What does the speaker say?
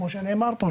כמו שנאמר פה,